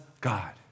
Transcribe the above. God